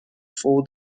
for